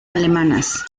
alemanas